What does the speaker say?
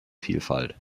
vielfalt